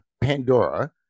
Pandora